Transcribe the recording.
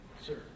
sir